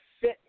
fit